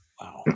Wow